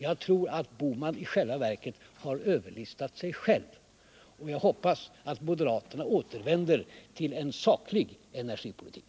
Jag tror att Gösta Bohman i själva verket har överlistat sig själv, och jag hoppas att moderaterna återvänder till en saklig energipolitik.